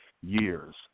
years